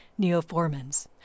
neoformans